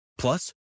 Plus